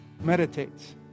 Meditates